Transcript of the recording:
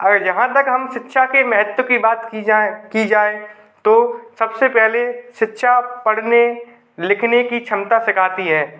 और जहाँ तक हम शिक्षा के महत्व की बात की जाए की जाए तो सबसे पहले शिक्षा पढ़ने लिखने की क्षमता सिखाती है